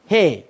Hey